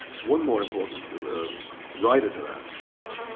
one more important writer to that if you like,